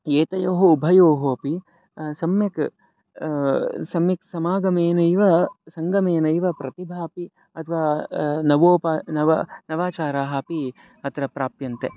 एतयोः उभयोः अपि सम्यक् सम्यक् समागमेनैव संगमेनैव प्रतिभा अपि अथवा नवोप नव नवाचाराः अपि अत्र प्राप्यन्ते